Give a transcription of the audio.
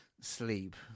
sleep